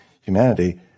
humanity